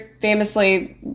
famously